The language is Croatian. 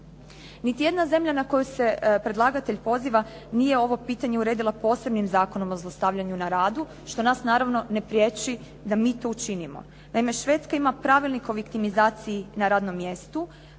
Niti jedna zemlja na koju se predlagatelj poziva nije ovo pitanje uredila posebnim zakonom o zlostavljanju na radu, što nas naravno ne prijeći da mi to učinimo. Naime, Švedska ima pravilnik o victimizaciji na radnom mjestu,